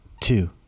two